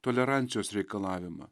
tolerancijos reikalavimą